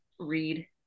read